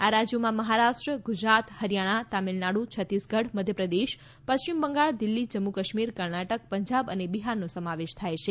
આ રાજયોમાં મહારાષ્ટ્ર ગુજરાત હરિયાણા તમિલનાડુ છતીસગઢ મધ્યપ્રદેશ પશ્ચિમ બંગાળ દિલ્હી જમ્મુ કાશ્મીર કર્ણાટક પંજાબ અને બિહારનો સમાવેશ થાય છે